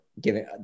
giving